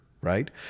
right